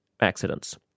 accidents